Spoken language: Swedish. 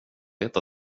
vet